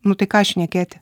nu tai ką šnekėti